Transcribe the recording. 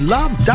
Love